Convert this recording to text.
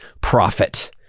profit